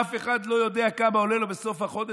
אף אחד לא יודע כמה המחירים האלה עולים לו בסוף החודש?